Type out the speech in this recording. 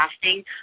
casting